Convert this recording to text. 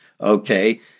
Okay